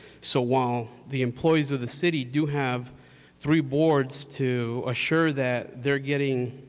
so while the employees of the city do have three boards to assure that they're getting